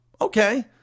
okay